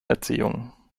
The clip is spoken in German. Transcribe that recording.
erziehung